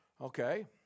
Okay